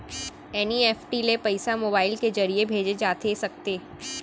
NEFT ले पइसा mobile के ज़रिए भेजे जाथे सकथे?